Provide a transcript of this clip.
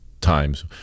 times